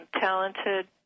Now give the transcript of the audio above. talented